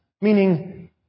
meaning